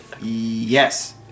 Yes